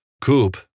Coop